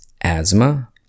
asthma